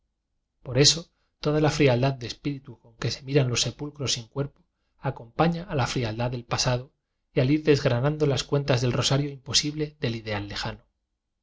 por eso toda la frialdad de espíritu con que se miran los sepulcros sin cuerpo acompaña a la frialdad del pasado y al ir desgranando las cuentas del rosario imposible del ideal lejano